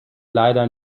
leider